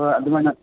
ꯍꯣꯏ ꯑꯗꯨꯃꯥꯏꯅ